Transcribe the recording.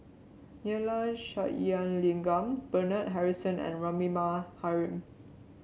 Neila Sathyalingam Bernard Harrison and Rahimah Rahim